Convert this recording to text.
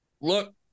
Look